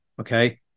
okay